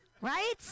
right